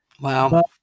Wow